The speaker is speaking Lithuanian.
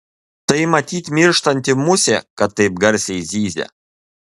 tai matyt mirštanti musė kad taip garsiai zyzia